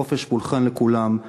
חופש פולחן לכולם,